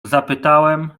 zapytałem